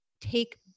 take